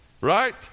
right